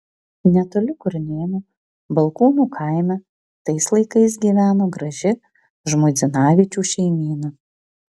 netoli kurnėnų balkūnų kaime tais laikais gyveno graži žmuidzinavičių šeimyna